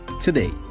today